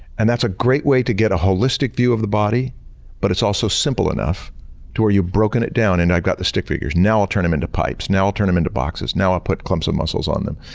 and that's a great way to get a holistic view of the body but it's also simple enough to where you broken it down and i've got the stick figures. now, i'll turn them into pipes. now, i'll turn them into boxes. now, i'll put clumps of muscles on them.